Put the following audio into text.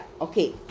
okay